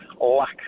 lack